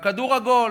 והכדור הוא עגול.